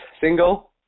single